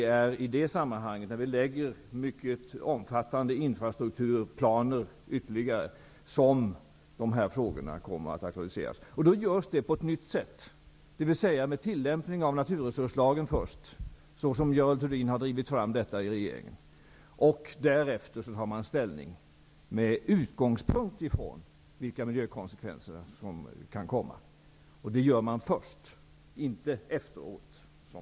När de omfattande planerna för infrastrukturen skall läggas fram kommer dessa frågor att aktualiseras. Då kommer först en tillämpning av naturresurslagen att ske. Görel Thurdin har drivit fram detta i regeringen. Därefter skall det ske ett ställningstagande med utgångspunkt i vilka miljökonsekvenser som kan uppstå. Det här skall ske först, inte efteråt.